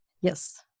Yes